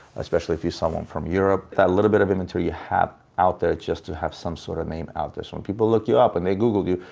especially if you're someone from europe that little bit of inventory you have out there, just to have some sort of name out there. so, when people look you up and they googled you,